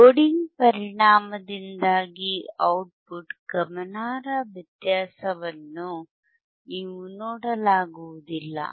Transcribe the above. loading ಪರಿಣಾಮದಿಂದ output ಗಮನಾರ್ಹ ವ್ಯತ್ಯಾಸವನ್ನು ನೀವು ನೋಡಲಾಗುವುದಿಲ್ಲ